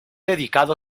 dedicado